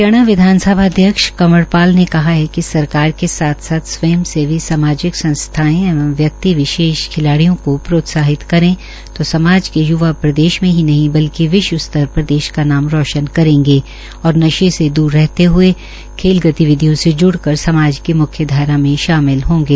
हरियाणा विधानसभा अध्यक्ष कंवर पाल गूर्जर ने कहा है कि सरकार के साथ साथ स्वंयसेवी सामाजिक संस्थाएं एवं व्यक्ति विशेष खिलाडियों को प्रोत्साहित करें तो समाज के य्वा प्रदेश में ही नहीं बल्कि विश्व स्तर पर देश का नाम रोशन करेंगें और नशे से दूर रह कर खेल गतिविधियों से ज्डक़र समाज की मुख्यधारा में शामिल रहेंगे